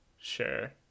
sure